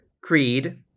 Creed